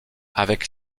avec